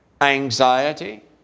anxiety